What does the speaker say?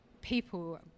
people